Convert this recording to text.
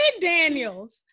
Daniels